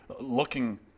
looking